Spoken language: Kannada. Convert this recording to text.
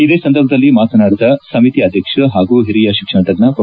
ಇದೇ ಸಂದರ್ಭದಲ್ಲಿ ಮಾತನಾಡಿದ ಸಮಿತಿ ಅಧ್ಯಕ್ಷ ಹಾಗೂ ಹಿರಿಯ ಶಿಕ್ಷಣ ತಜ್ಞ ಪ್ರೊ